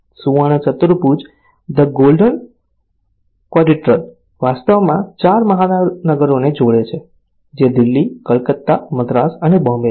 સુવર્ણ ચતુર્ભુજ વાસ્તવમાં 4 મહાનગરોને જોડે છે જે દિલ્હી કલકત્તા મદ્રાસ અને બોમ્બે છે